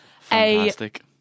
Fantastic